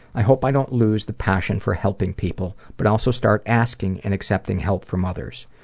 i hope i don't lose the passion for helping people but also start asking and accepting help from others.